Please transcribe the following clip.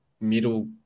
middle